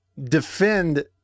defend